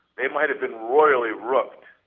they might have been royally wrote